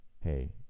hey